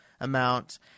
amount